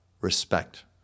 respect